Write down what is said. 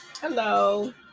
Hello